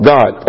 God